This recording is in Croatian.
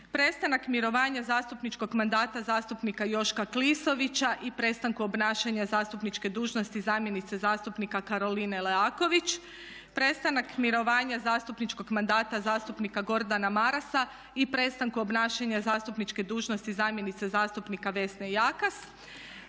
Prestanka mirovanja zastupničkog mandata zastupnika Joška Klisovića i prestanku obnašanja zastupničke dužnosti zamjenice zastupnika Karoline Leaković. Prestanak mirovanja zastupničkog mandata zastupnika Gordana Marasa i prestanku obnašanja zastupničke dužnosti zamjenice zastupnika Vesne Jakas.